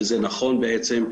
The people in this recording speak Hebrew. וזה נכון בעצם,